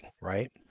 right